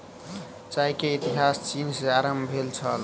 चाय के इतिहास चीन सॅ आरम्भ भेल छल